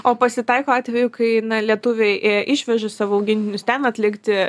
o pasitaiko atvejų kai lietuviai ė išvežė savo augintinius ten atlikti